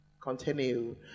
Continue